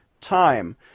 Time